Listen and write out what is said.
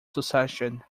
succession